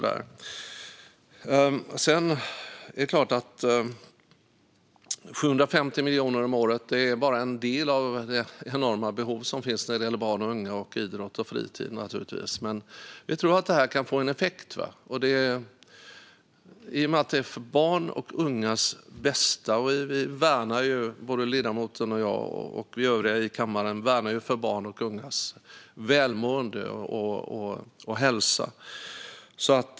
Det är klart att 750 miljoner kronor om året bara täcker en del av de enorma behov som finns när det gäller barn och unga, idrott och fritid. Men vi kristdemokrater tror att det här kan få effekt. Både ledamoten och jag, och övriga i kammaren, värnar om barns och ungas välmående och hälsa.